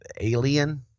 Alien